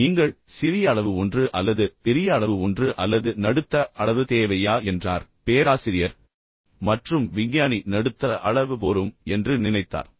எனவே நீங்கள் சிறிய அளவு ஒன்று அல்லது பெரிய அளவு ஒன்று அல்லது நடுத்தர அளவு தேவையா என்றார் மற்றும் பின்னர் பேராசிரியர் மற்றும் விஞ்ஞானி நடுத்தர அளவு போரும் என்று நினைத்தார்